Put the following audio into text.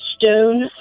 stone